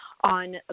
on